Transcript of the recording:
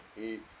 eat